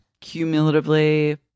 Cumulatively